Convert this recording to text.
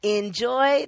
enjoy